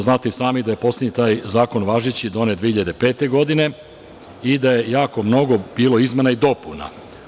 Znate i sami da je poslednji taj zakon važeći donet 2005. godine i da je jako mnogo bilo izmena i dopuna.